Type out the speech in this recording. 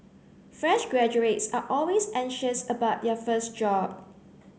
fresh graduates are always anxious about their first job